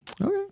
Okay